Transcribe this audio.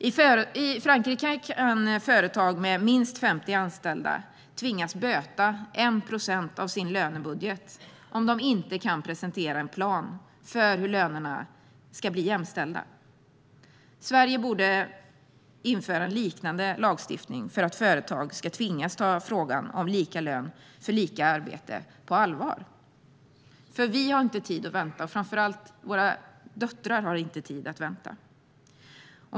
I Frankrike kan företag med minst 50 anställda tvingas böta 1 procent av sin lönebudget om de inte kan presentera en plan för hur lönerna ska bli jämställda. Sverige borde införa en liknande lagstiftning så att företag tvingas ta frågan om lika lön för lika arbete på allvar. Vi har nämligen inte tid att vänta, och framför allt har våra döttrar inte tid att vänta.